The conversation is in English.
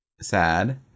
sad